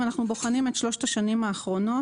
אם אנחנו בוחנים את שלושת השנים האחרונות,